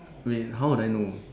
rain how would I know